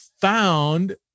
found